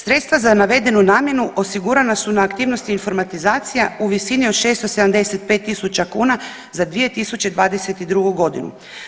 Sredstva za navedenu namjenu osigurana su na aktivnosti informatizacija u visini od 675000 kuna za 2022. godinu.